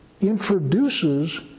introduces